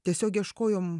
tiesiog ieškojom